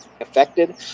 Affected